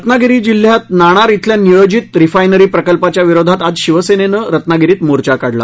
रत्नागिरी जिल्ह्यात नाणार शिल्या नियोजित रिफायनरी प्रकल्पाच्या विरोधात आज शिवसेनेनं रत्नागिरीत मोर्चा काढला